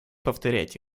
повторять